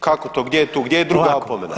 Kako to, gdje je tu, gdje je druga opomena?